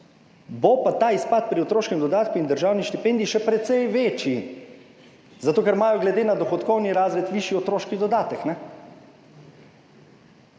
bo pa ta izpad pri otroškem dodatku in državni štipendiji še precej večji, zato ker imajo glede na dohodkovni razred višji otroški dodatek